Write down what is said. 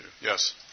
yes